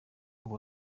ubu